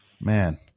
Man